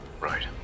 Right